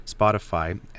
Spotify